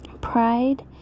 pride